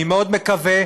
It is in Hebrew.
אני מאוד מקווה,